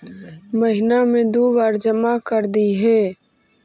महिना मे दु बार जमा करदेहिय?